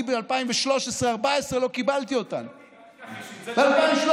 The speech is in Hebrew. אני ב-2014-2013 לא קיבלתי אותן, ב-2013.